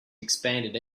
expanded